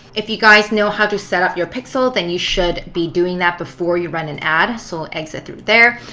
if you guys know how to set up your pixel, then you should be doing that before you run an ad. so exit through there.